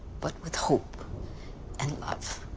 but with hope and love